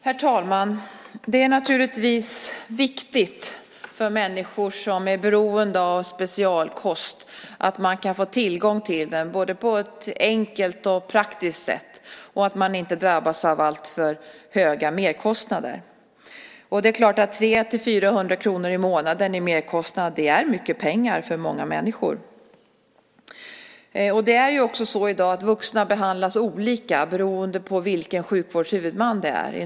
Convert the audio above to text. Herr talman! Det är naturligtvis viktigt för människor som är beroende av specialkost att man kan få tillgång till den både på ett enkelt och på ett praktiskt sätt och att man inte drabbas av alltför höga merkostnader. Det är klart att 300-400 kr i månaden i merkostnader är mycket pengar för många människor. Det är också så i dag att vuxna behandlas olika beroende på vilken sjukvårdshuvudman det är fråga om.